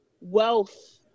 wealth